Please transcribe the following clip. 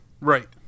Right